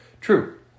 true